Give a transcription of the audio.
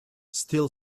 still